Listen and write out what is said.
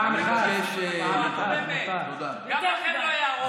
גם לכם לא היה רוב להעביר את זה בממשלה.